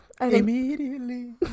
Immediately